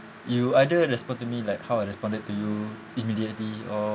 you either respond to me like how I responded to you immediately or